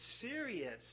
serious